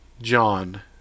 john